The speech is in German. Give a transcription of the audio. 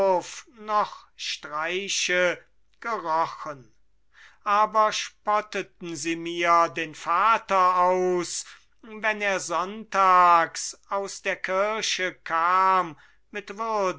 noch streiche gerochen aber spotteten sie mir den vater aus wenn er sonntags aus der kirche kam mit